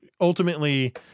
ultimately